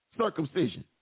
circumcision